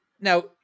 now